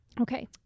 okay